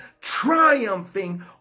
triumphing